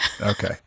Okay